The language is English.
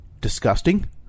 disgusting